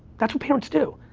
that's what parents do.